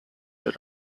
that